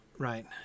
Right